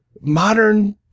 modern